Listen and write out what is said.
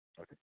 Okay